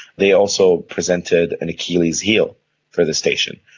they also presented an achilles heel for the station.